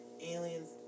Aliens